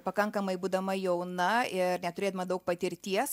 pakankamai būdama jauna ir neturėdama daug patirties